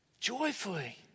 Joyfully